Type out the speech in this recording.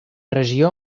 regió